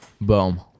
boom